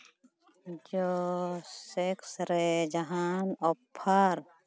ᱡᱩᱥᱮᱥ ᱨᱮ ᱡᱟᱦᱟᱱ ᱚᱯᱷᱟᱨ